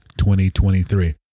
2023